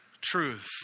truth